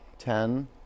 Ten